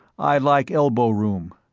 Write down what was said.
i like elbow room.